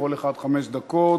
לכל אחד חמש דקות.